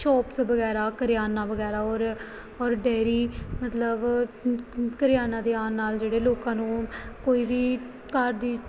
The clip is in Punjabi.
ਸ਼ੋਪਸ ਵਗੈਰਾ ਕਰਿਆਨਾ ਵਗੈਰਾ ਔਰ ਔਰ ਡੇਅਰੀ ਮਤਲਬ ਕਰਿਆਨਾ ਦੇ ਆਉਣ ਨਾਲ ਜਿਹੜੇ ਲੋਕਾਂ ਨੂੰ ਕੋਈ ਵੀ ਘਰ ਦੀ